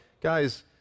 guys